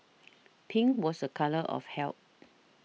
pink was a colour of health